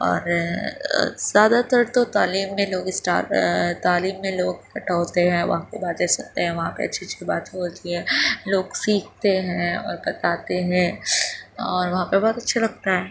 اور زیادہ تر تو تعلیم میں لوگ اسٹار تعلیم میں لوگ ٹٹولتے ہیں وہاں کی باتیں سنتے ہیں وہاں پہ اچھی اچھی باتیں ہوتی ہیں لوگ سیکھتے ہیں اور بتاتے ہیں اور وہاں پہ بہت اچھا لگتا ہے